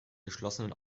geschlossenen